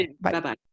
Bye-bye